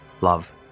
Love